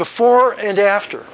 before and after